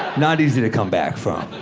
not easy to come back from.